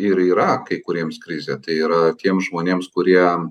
ir yra kai kuriems krizė tai yra tiems žmonėms kurie